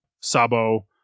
Sabo